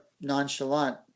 nonchalant